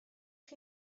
chi